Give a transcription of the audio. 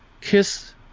kiss